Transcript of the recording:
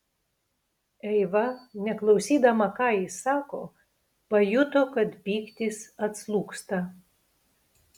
eiva neklausydama ką jis sako pajuto kad pyktis atslūgsta